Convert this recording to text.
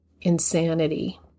insanity